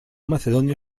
macedonio